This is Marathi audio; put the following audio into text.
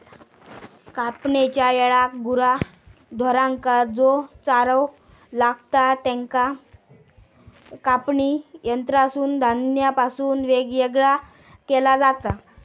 कापणेच्या येळाक गुरा ढोरांका जो चारो लागतां त्याका कापणी यंत्रासून धान्यापासून येगळा केला जाता